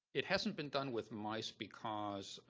it hasn't been done with mice because,